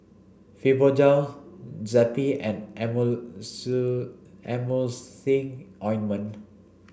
Fibogel Zappy and Emulsying Ointment